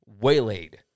waylaid